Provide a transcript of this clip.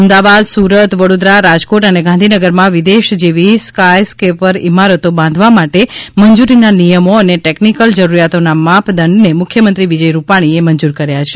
અમદાવાદ સુરત વડોદરા રાજકોટ અને ગાંધીનગરમાં વિદેશ જેવી સ્કાયસ્ક્રેપર ઇમારતો બાંધવા માટે મંજૂરીના નિયમો અને ટેકનિકલ જરૂતિયાતોના માપદંડને મુથખ્યમંત્રી વિજય રૂપાણીએ મંજૂર કર્યા છે